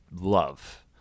love